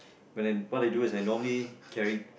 what I do is I normally carry